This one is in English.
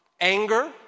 anger